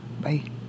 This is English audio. Bye